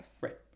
right